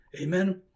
Amen